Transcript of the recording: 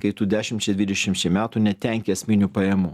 kai tu dešimčiai dvidešimčiai metų netenki esminių pajamų